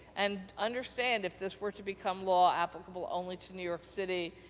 and, understand if this were to become law, applicable only to new york city,